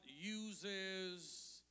uses